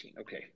okay